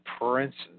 princes